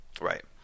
Right